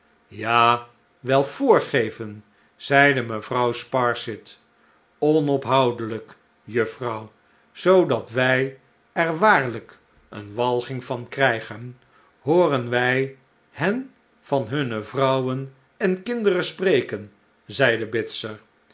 ja wel voorgeven zeide mevrouw sparsit onophoudelijk juffrouw zoodat wij er waarlijk een walging van krijgen hooren wij hen van hunne vrouwen en kinderen spreken zeide bitzer